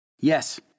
Yes